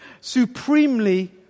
supremely